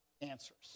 answers